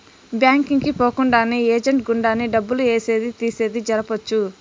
bank కి పోకుండానే agent గుండానే డబ్బులు ఏసేది తీసేది జరపొచ్చు